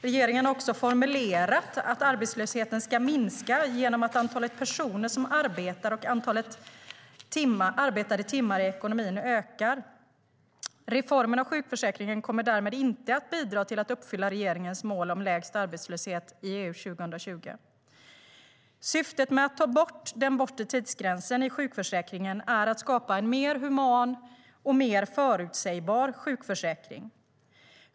Regeringen har också formulerat att arbetslösheten ska minska genom att antalet personer som arbetar och antalet arbetade timmar i ekonomin ökar. Reformen av sjukförsäkringen kommer därmed inte att bidra till att uppfylla regeringens mål om lägst arbetslöshet i EU 2020.Syftet med att ta bort den bortre tidsgränsen i sjukförsäkringen är att skapa en mer human och mer förutsägbar sjukförsäkring.